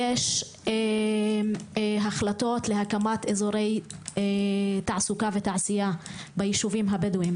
יש החלטות להקמת אזורי תעסוקה ותעשייה ביישובים הבדואים.